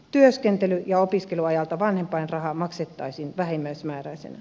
työskentely ja opiskeluajalta vanhempainraha maksettaisiin vähimmäismääräisenä